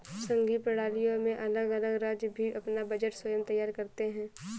संघीय प्रणालियों में अलग अलग राज्य भी अपना बजट स्वयं तैयार करते हैं